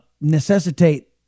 necessitate